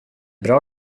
bra